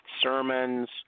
sermons